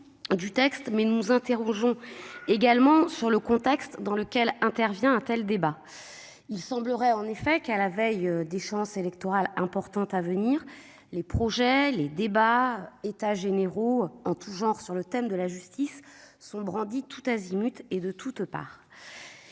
le fond. Nous nous interrogeons également sur le contexte dans lequel intervient un tel débat. Il semblerait en effet que, à la veille d'échéances électorales importantes, les projets, débats, états généraux en tout genre sur le thème de la justice, surgissent de toutes parts,